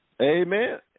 Amen